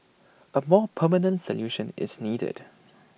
A more permanent solution is needed